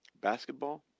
basketball